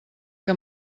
que